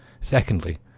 Secondly